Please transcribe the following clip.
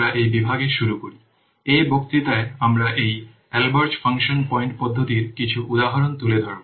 এখন আসুন আমরা এই বিভাগে শুরু করি এই বক্তৃতায় আমরা এই Albrecht ফাংশন পয়েন্ট পদ্ধতির কিছু উদাহরণ তুলে ধরব